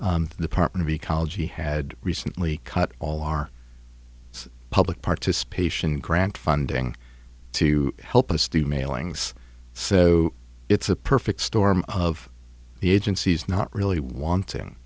partner ecology had recently cut all our public participation grant funding to help us do mailings so it's a perfect storm of the agencies not really wanting